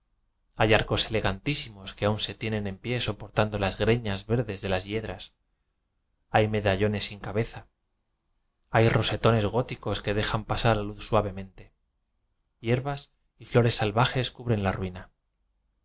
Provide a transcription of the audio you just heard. hay arcos elegantísimos que aun se tienen en pie soportando las greñas verdes de las ye dras hay medallones sin cabeza hay ro setones góticos que dejan pasar la luz sua vemente yerbas y flores salvajes cubren la ruina